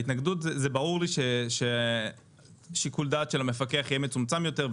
לגבי ההתנגדות ברור לי ששיקול הדעת של המפקח יהיה מצומצם יותר,